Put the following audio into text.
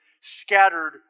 scattered